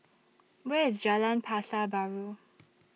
Where IS Jalan Pasar Baru